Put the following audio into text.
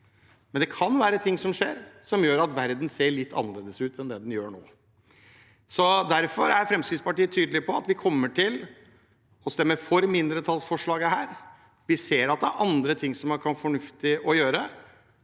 men det kan være ting som skjer som gjør at verden ser litt annerledes ut enn det den gjør nå. Derfor er Fremskrittspartiet tydelig på at vi kommer til å stemme for mindretallsforslaget her. Vi ser at det er andre ting som kan være fornuftig å gjøre,